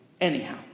anyhow